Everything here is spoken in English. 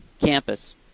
campus